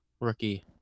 rookie